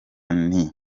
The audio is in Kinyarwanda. nti